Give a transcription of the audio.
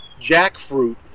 jackfruit